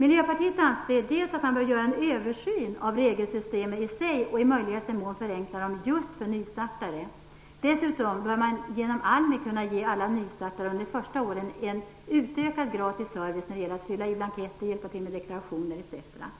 Miljöpartiet anser dels att man bör göra en översyn av regelsystemen i sig - och i möjligaste mån förenkla dem just för nystartare - dels att man genom Almi bör kunna ge alla nystartare under det första åren en utökad gratis service när det gäller att fylla i blanketter, hjälp med deklarationer etc. Dessutom